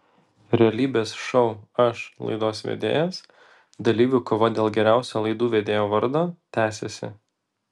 realybės šou aš laidos vedėjas dalyvių kova dėl geriausio laidų vedėjo vardo tęsiasi